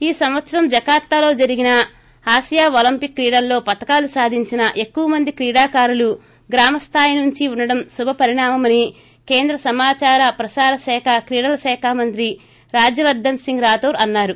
ఈ సంవత్సరం జకార్తాలో జరిగిన ఆసియా ఒలింపిక్ క్రీడల్లో పతకాలు సాధించిన ఎక్కువ మంది క్రీడాకారులు గ్రామ స్లాయి నుంచి ఉండడం శుభ పరిణామమని కేంద్ర సమాచార ప్రసార శాఖ క్రీడల శాఖ మంత్రి రాజ్యవర్గస్ సింగ్ రాథోర్ అన్నారు